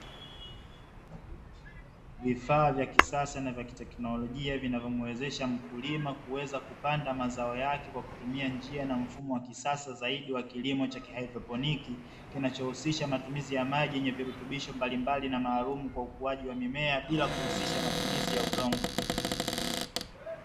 Vifaa vya kisasa na vya teknolojia vinavyomwezesha mkulima kuweza kupanda mazao yake kwa kutumia njia na mfumo wa kisasa zaidi wa kilimo kinachohusisha matumizi ya maji yenye virutubisho mbalimbali na maalum kwa ukuaji wa mimea bila kuhusisha matumizi ya udongo